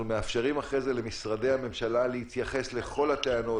מאפשרים אחרי זה למשרדי הממשלה להתייחס לכל הטענות,